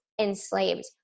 enslaved